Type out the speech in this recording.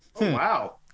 Wow